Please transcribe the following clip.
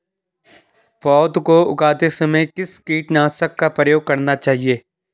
पौध को उगाते समय किस कीटनाशक का प्रयोग करना चाहिये?